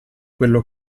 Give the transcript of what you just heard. quello